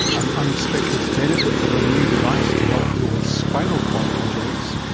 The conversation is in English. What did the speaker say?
an unexpected benefit of a new device to help people with spinal cord injuries.